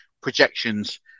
projections